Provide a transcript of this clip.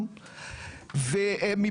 הדברים הם לא תמימים,